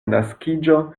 naskiĝo